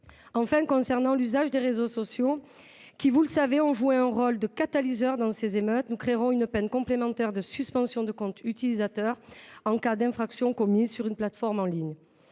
qui concerne l’usage des réseaux sociaux – vous n’ignorez pas qu’ils ont joué un rôle de catalyseur dans ces émeutes –, nous créerons une peine complémentaire de suspension de compte utilisateur en cas d’infraction commise sur une plateforme en ligne.